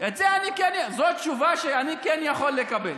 זאת תשובה שאני כן יכול לקבל.